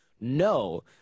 No